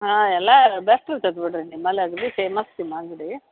ಹಾಂ ಎಲ್ಲ ಬೆಸ್ಟ್ ಇರ್ತದೆ ಬಿಡಿರಿ ನಿಮ್ಮಲ್ಲಿ ಅಗದಿ ಫೇಮಸ್ ನಿಮ್ಮ ಅಂಗಡಿ